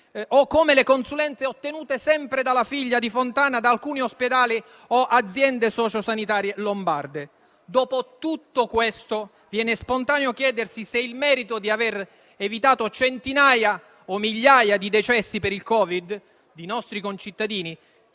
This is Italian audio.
o come le consulenze ottenute dalla figlia sempre di Fontana da alcuni ospedali o aziende sociosanitarie lombarde. Dopo tutto questo, viene spontaneo chiedersi se il merito di aver evitato centinaia o migliaia di decessi per il Covid di nostri concittadini